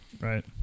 Right